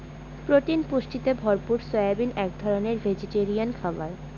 protein পুষ্টিতে ভরপুর soybean এক রকমের ভেজিটেরিয়ান খাবার